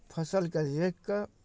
फसलकेँ देखि कऽ